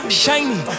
shiny